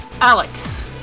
Alex